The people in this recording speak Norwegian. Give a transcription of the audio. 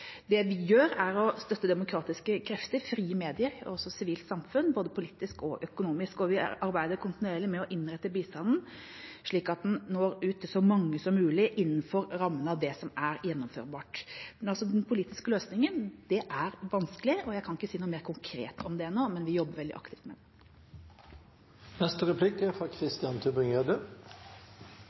å støtte demokratiske krefter, frie medier og også sivilt samfunn, både politisk og økonomisk, og vi arbeider kontinuerlig med å innrette bistanden slik at den når ut til så mange som mulig innenfor rammen av det som er gjennomførbart. Men den politiske løsningen er vanskelig. Jeg kan ikke si noe mer konkret om det nå, men vi jobber veldig aktivt med det. Fredsdiplomati – smak litt på den – det er